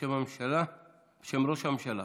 בשם ראש הממשלה,